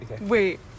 wait